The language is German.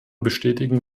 bestätigen